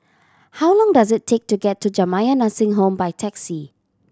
how long does it take to get to Jamiyah Nursing Home by taxi